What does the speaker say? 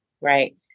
right